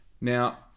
Now